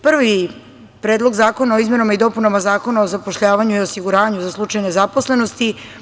Prvi predlog zakona je Predlog zakona o izmenama i dopunama Zakona o zapošljavanju i osiguranju za slučaj nezaposlenosti.